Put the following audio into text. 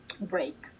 break